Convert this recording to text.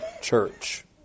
church